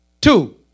two